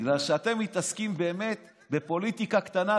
בגלל שאתם מתעסקים באמת בפוליטיקה קטנה.